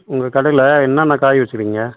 உங்கள் கடையில் என்னன்னா காய் வச்சிருக்கீங்கள்